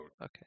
Okay